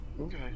Okay